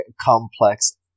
complex